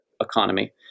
economy